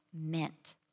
Meant